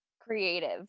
creative